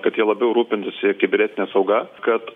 kad jie labiau rūpintųsi kibernetine sauga kad